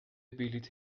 بلیط